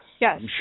Yes